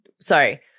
sorry